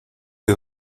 que